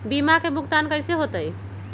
बीमा के भुगतान कैसे होतइ?